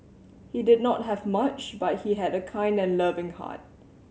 he did not have much but he had a kind and loving heart